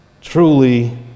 truly